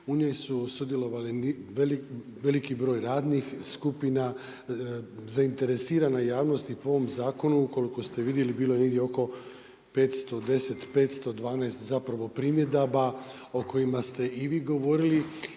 U njoj su sudjelovali veliki broj radnih skupina, zainteresirana javnost i po ovome zakonu, ukoliko ste vidjeli, bili je negdje oko 510, 512 primjedaba o kojima ste i vi govorili